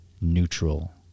neutral